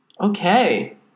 Okay